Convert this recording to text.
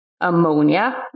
ammonia